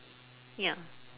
ya